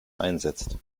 einsetzt